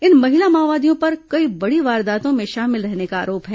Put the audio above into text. इन महिला माओवादियों पर कई बड़ी वारदातों में शामिल रहने का आरोप है